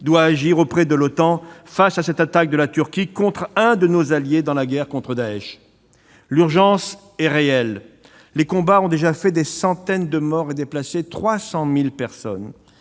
doit agir auprès de l'OTAN face à cette attaque de la Turquie contre un de nos alliés dans la guerre contre Daech. L'urgence est réelle. Les combats ont déjà fait des centaines de morts et déplacé 300 000 personnes,